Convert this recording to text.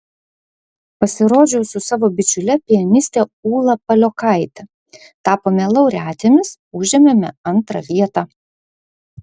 pasirodžiau su savo bičiule pianiste ūla paliokaite tapome laureatėmis užėmėme antrą vietą